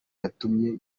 yatumye